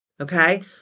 Okay